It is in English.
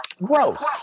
gross